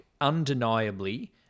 undeniably